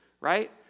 right